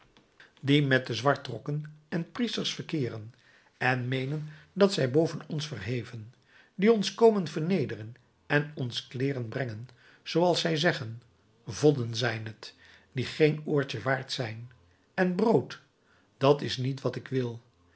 die met de zwartrokken en priester verkeeren en meenen dat zij boven ons zijn verheven die ons komen vernederen en ons kleeren brengen zooals zij zeggen vodden zijn t die geen oordje waard zijn en brood dat is t niet wat ik wil